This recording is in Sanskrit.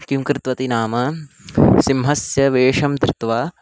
किं कृतवती नाम सिंहस्य वेषं धृत्वा